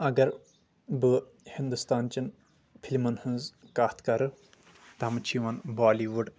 اگر بہٕ ہندوستانچٮ۪ٮ۪ن فلمن ہٕنٛز کتھ کرٕ تتھ منٛز چھِ یِوان بالی وُڈ